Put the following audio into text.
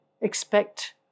expect